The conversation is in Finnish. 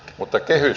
mutta kehys